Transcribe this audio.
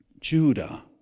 Judah